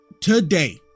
today